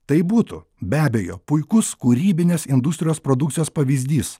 tai būtų be abejo puikus kūrybinės industrijos produkcijos pavyzdys